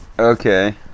Okay